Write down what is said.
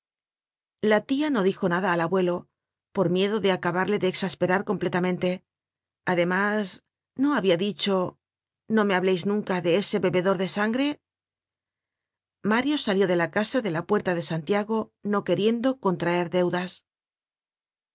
la tia no dijo nada al abuelo por miedo de acabarle de exasperar completamente además no habia dicho no me hableis nunca de ese bebedor de sangre mario salió de la casa de la puerta de santiago no queriendo contraer deudas